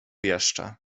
jeszcze